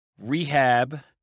rehab